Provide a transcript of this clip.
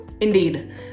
indeed